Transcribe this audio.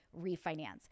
refinance